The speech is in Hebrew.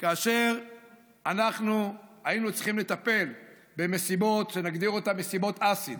כאשר היינו צריכים לטפל במסיבות שנגדיר אותן מסיבות אסיד: